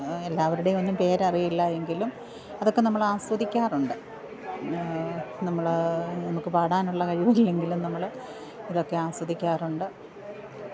എല്ലാവരുടെയും ഒന്നും പേരറിയില്ല എങ്കിലും അതൊക്കെ നമ്മള് ആസ്വദിക്കാറുണ്ട് നമ്മള് നമുക്ക് പാടാനുള്ള കഴിവ് ഇല്ലെങ്കിലും നമ്മള് ഇതൊക്കെ ആസ്വദിക്കാറുണ്ട്